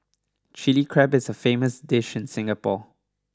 Chilli Crab is a famous dish in Singapore